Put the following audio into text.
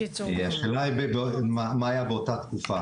השאלה היא מה היה באותה תקופה,